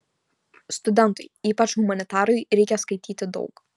studentui ypač humanitarui reikia skaityti daug